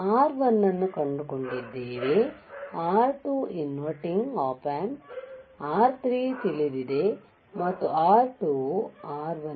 R1 ಅನ್ನು ಕಂಡುಕೊಂಡಿದ್ದೇವೆ R2 inverting op AmpR3 ತಿಳಿದಿದೆ ಮತ್ತು R2 ವು R1